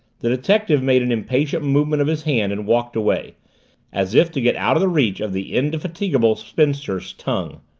the detective made an impatient movement of his hand and walked away as if to get out of the reach of the indefatigable spinster's tongue.